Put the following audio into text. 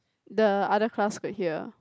the other class could hear